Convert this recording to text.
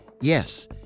Yes